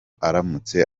aramutse